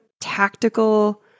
tactical